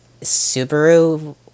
Subaru